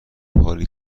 حالی